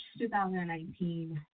2019